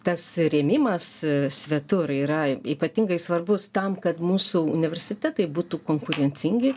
tas rėmimas svetur yra ypatingai svarbus tam kad mūsų universitetai būtų konkurencingi